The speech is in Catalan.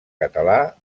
català